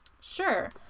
Sure